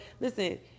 Listen